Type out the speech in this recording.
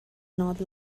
not